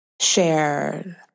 share